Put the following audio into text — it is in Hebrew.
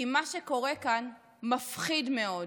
כי מה שקורה כאן מפחיד מאוד.